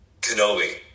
Kenobi